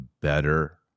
better